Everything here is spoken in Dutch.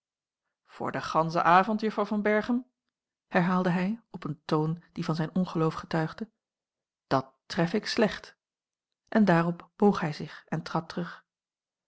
voor den ganschen avond juffrouw van berchem herhaalde hij op een toon die van zijn ongeloof getuigde dat tref ik slecht en daarop boog hij zich en trad terug